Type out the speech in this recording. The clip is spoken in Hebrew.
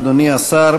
אדוני השר,